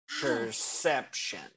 Perception